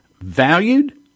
valued